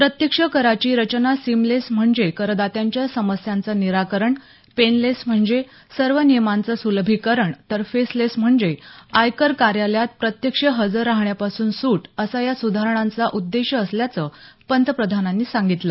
प्रत्यक्ष कराची रचना सीमलेस म्हणजे करदात्यांच्या समस्यांचं निराकरण पेनलेस म्हणजे सर्व नियमांचं सुलभीकरण तर फेसलेस म्हणजे आयकर कार्यालयात प्रत्यक्ष हजर राहण्यापासून सूट या सुधारणांवर आधारित असल्याचं पंतप्रधानांनी सांगितलं